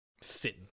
Sitting